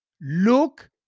Look